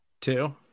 Two